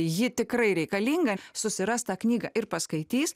ji tikrai reikalinga susiras tą knygą ir paskaitys